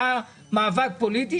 היה מאבק פוליטי,